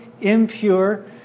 impure